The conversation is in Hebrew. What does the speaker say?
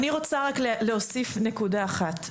אני רוצה להוסיף נקודה אחת.